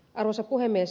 arvoisa puhemies